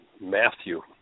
Matthew